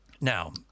Now